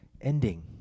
ending